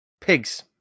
Pigs